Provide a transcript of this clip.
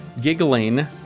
giggling